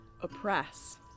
oppress